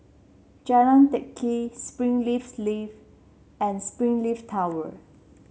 Jalan Teck Kee Springleaf Leaf and Springleaf Tower